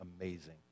amazing